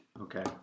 Okay